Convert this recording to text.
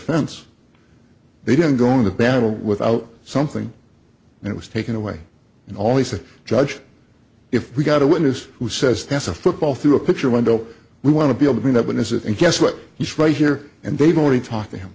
defense they didn't go into battle without something and it was taken away and always the judge if we got a witness who says that's a football through a picture window we want to be able to bring that when is it and guess what he's right here and they've already talked to him